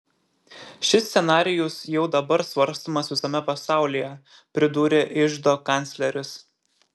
šis scenarijus jau dabar svarstomas visame pasaulyje pridūrė iždo kancleris